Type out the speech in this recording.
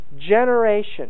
generation